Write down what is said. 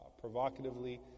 Provocatively